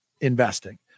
investing